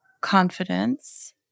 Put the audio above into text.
confidence